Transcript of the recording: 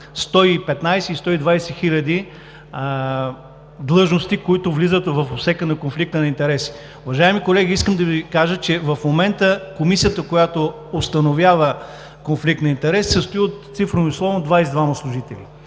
115 – 120 хиляди длъжности, които влизат в обсега на конфликта на интереси. Уважаеми колеги, искам да Ви кажа, че в момента Комисията, която установява конфликт на интереси, се състои цифром и словом от 22 служители.